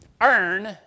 earn